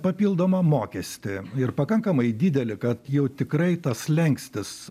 papildomą mokestį ir pakankamai didelį kad jau tikrai tas slenkstis